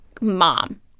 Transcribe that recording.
mom